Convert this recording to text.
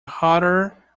hatter